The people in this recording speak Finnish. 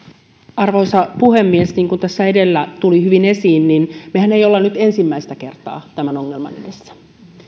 arvoisa puhemies niin kuin tässä edellä tuli hyvin esiin mehän emme ole nyt ensimmäistä kertaa tämän ongelman edessä